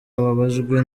ababajwe